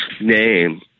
name